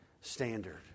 standard